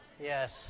yes